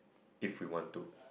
if we want to